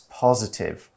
positive